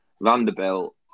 Vanderbilt